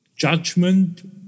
judgment